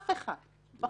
אף אחד לא